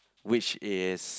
which is